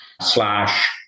slash